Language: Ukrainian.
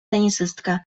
тенісистка